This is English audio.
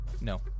No